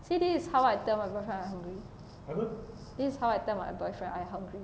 see this is how I tell my boyfriend I hungry this is how I tell my boyfriend I hungry